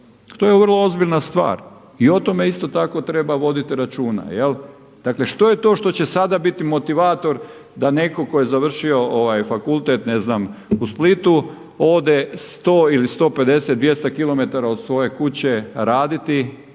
To je vrlo ozbiljna stvar i o tome isto tako treba voditi računa. Dakle što je to što će sada biti motivator da netko tko je završio fakultet ne znam u Splitu ode 100 ili 150, 200 km od svoje kuće raditi,